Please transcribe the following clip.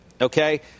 Okay